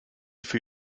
für